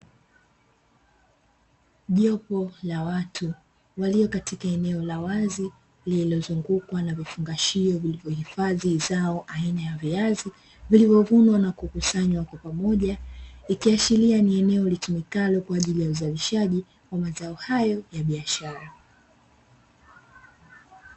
Jopo la watu waliokatika eneo la wazi lililozungukwa na vifungashio vilivyohifadhi zao aina ya viazi vilivyovunwa na kukusanywa kwa pamoja, ikiashiria ni eneo litumikalo kwa ajili ya uzalishaji wa mazao hayo ya biashara.